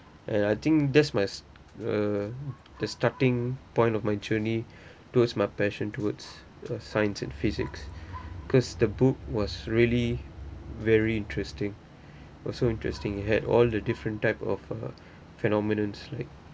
and I think that's my uh the starting point of my journey towards my passion towards uh science and physics cause the book was really very interesting also interesting had all the different type of uh phenomenons like